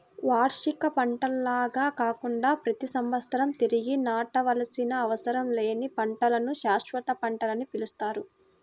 వార్షిక పంటల్లాగా కాకుండా ప్రతి సంవత్సరం తిరిగి నాటవలసిన అవసరం లేని పంటలను శాశ్వత పంటలని పిలుస్తారు